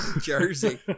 Jersey